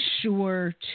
sure